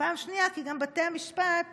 ופעם שנייה כי גם בתי המשפט